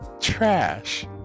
trash